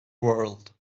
world